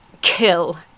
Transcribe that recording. kill